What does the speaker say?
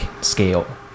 scale